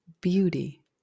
beauty